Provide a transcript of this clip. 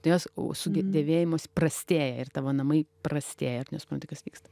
tai jos u sugedėvėjimas prastėja ir tavo namai prastėja ir tu nesupranti kas vyksta